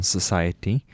Society